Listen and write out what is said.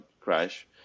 crash